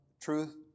truth